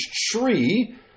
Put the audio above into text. tree